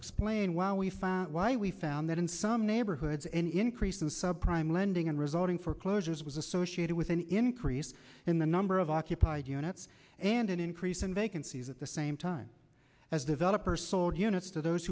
explain why we found out why we found that in some neighborhoods an increase in sub prime lending and resulting foreclosures was associated with an yes in the number of occupied units and an increase in vacancies at the same time as developers sold units to those